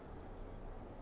ah okay